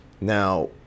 now